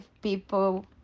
people